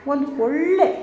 ಒಂದು ಒಳ್ಳೇ